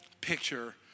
picture